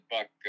Buck